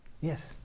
yes